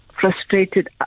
frustrated